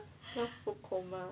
food coma